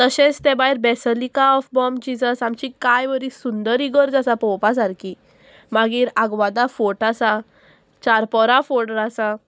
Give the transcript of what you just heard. तशेंच ते भायर बेसलीका ऑफ बॉमचीज आमची कांय बरी सुंदर इगर्ज आसा पळोवपा सारकी मागीर आगवादा फोर्ट आसा चारपोरा फोर्ट आसा